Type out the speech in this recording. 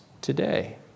today